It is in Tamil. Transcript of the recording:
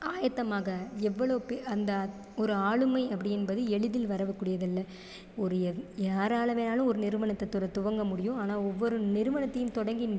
ஆயத்தமாக எவ்வளவு பே அந்த ஒரு ஆளுமை அப்படின்பது எளிதில் வரக்கூடியதில்ல ஒரு யாரால் வேணாலும் ஒரு நிறுவனத்தை துவங்க முடியும் ஆனால் ஒவ்வொரு நிறுவனத்தையும் தொடங்கி